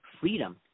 freedom